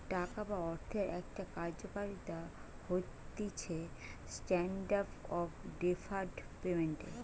টাকা বা অর্থের একটা কার্যকারিতা হতিছেস্ট্যান্ডার্ড অফ ডেফার্ড পেমেন্ট